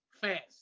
fast